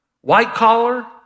white-collar